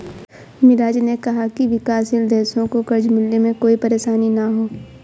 मिराज ने कहा कि विकासशील देशों को कर्ज मिलने में कोई परेशानी न हो